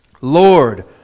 Lord